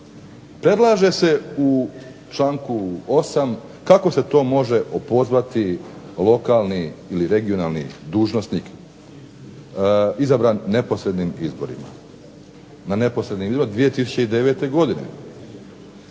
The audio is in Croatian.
Predlaže se u članku 8. kako se to može opozvati lokalni ili regionalni dužnosnik izabran na neposrednim izborima 2009. godine.